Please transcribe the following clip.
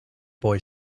boy